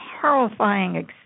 horrifying